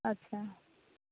अच्छा